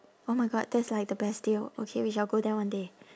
oh my god that's like the best deal okay we shall go there one day